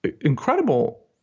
incredible